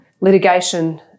litigation